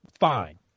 fine